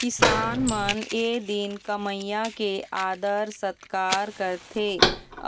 किसान मन ए दिन कमइया के आदर सत्कार करथे